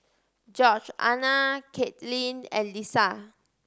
Georgeanna Katelyn and Lissa